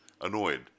annoyed